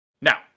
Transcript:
Now